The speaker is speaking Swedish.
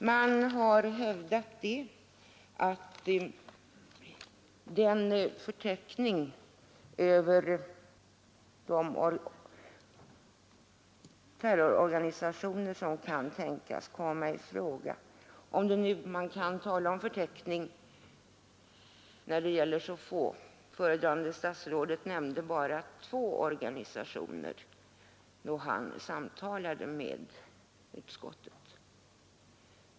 Man har hävdat att den förteckning över de terroristorganisationer som kan tänkas komma i fråga bör offentliggöras. Om man nu kan tala om förteckning när det gäller så få — föredragande statsrådet nämnde bara två organisationer då han utfrågades av utskottet.